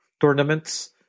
tournaments